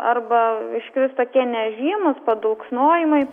arba išvis tokie nežymūs padauksnojimai